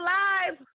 live